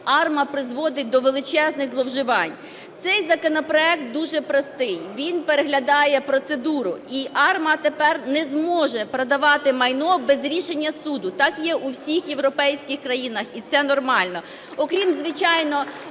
АРМА призводить до величезних зловживань. Цей законопроект дуже простий, він переглядає процедуру. І АРМА тепер не зможе продавати майно без рішення суду. Так є у всіх європейських країнах, і це нормально. Окрім, звичайно,